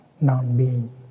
non-being